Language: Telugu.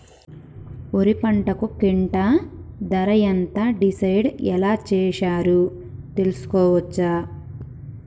వరి పంటకు క్వింటా ధర ఎంత డిసైడ్ ఎలా చేశారు తెలుసుకోవచ్చా?